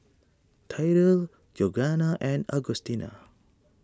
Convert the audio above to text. Tyrell Georganna and Augustina